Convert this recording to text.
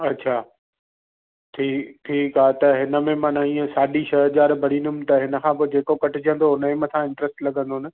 अच्छा ठीकु ठीकु आहे त हिन में माना ईअं साढी छह हज़ार भरींदुमि त हिनखां पोइ जेको कटिजंदो हुनजे मथां इंट्र्स्ट लॻंदो न